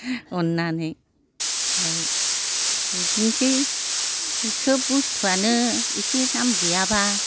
अननानै ओमफ्राय बिदिनोसै सोब बुस्थुआनो एसे नाम गैयाबा